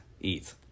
eat